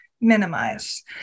minimize